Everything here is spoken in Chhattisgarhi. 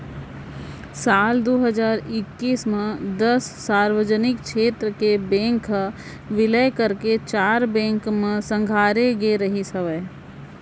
साल दू हजार एक्कीस म दस सार्वजनिक छेत्र के बेंक ह बिलय करके चार बेंक म संघारे गे रिहिस हवय